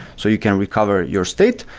so you can recover your state.